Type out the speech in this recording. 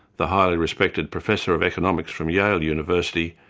the highly respected professor of economics from yale university,